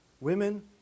Women